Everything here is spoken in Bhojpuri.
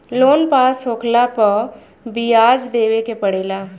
लोन पास होखला पअ बियाज देवे के पड़ेला